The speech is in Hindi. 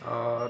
और